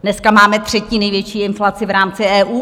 Dneska máme třetí největší inflaci v rámci EU.